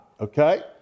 okay